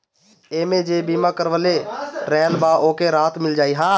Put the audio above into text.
एमे जे बीमा करवले रहल बा ओके राहत मिल जाई